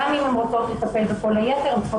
גם אם הן רוצות לטפל בכל היתר הן צריכות